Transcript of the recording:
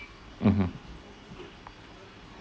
mmhmm